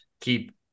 keep